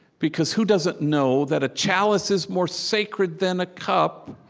because who doesn't know that a chalice is more sacred than a cup,